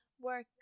work